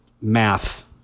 math